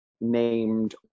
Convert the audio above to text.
named